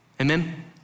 Amen